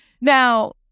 Now